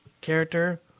character